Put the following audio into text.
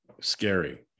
scary